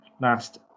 last